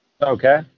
Okay